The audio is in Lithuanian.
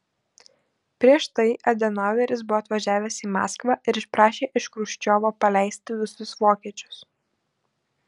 prieš tai adenaueris buvo atvažiavęs į maskvą ir išprašė iš chruščiovo paleisti visus vokiečius